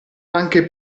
anche